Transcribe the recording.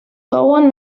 couen